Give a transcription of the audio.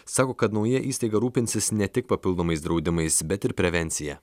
sako kad nauja įstaiga rūpinsis ne tik papildomais draudimais bet ir prevencija